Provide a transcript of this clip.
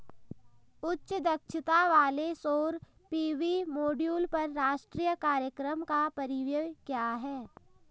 उच्च दक्षता वाले सौर पी.वी मॉड्यूल पर राष्ट्रीय कार्यक्रम का परिव्यय क्या है?